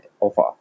offer